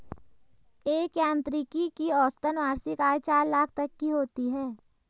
एक यांत्रिकी की औसतन वार्षिक आय चार लाख तक की होती है